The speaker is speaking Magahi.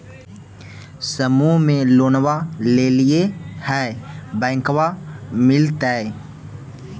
समुह मे लोनवा लेलिऐ है बैंकवा मिलतै?